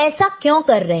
ऐसा क्यों कर रहे हैं